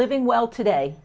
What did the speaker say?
living well today